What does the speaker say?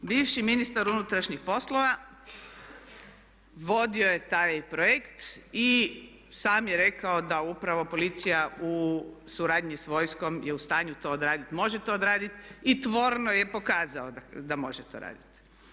Bivši ministar unutrašnjih poslova vodio je taj projekt i sam je rekao da upravo policija u suradnji sa vojskom je u stanju to odraditi, može to odraditi i tvorno je pokazao da može to raditi.